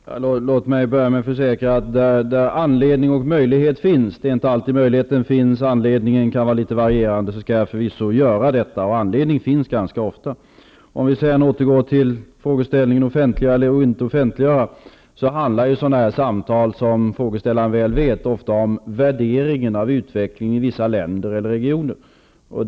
Herr talman! Jag vill börja med att försäkra att där det finns anledning och möjlighet -- det är inte alltid möjligheten finns och anledningen kan vara va rierande -- skall jag förvisso göra detta, för det finns ganska ofta anledning. För att återgå till frågan om man skall offentliggöra eller inte offentliggöra vill jag framhålla att sådana här samtal, som frågeställaren är väl medveten om, ofta handlar om värdering av utvecklingen i vissa länder eller regioner.